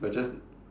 we are just